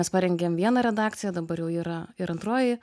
mes parengėm vieną redakciją dabar jau yra ir antroji